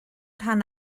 rhan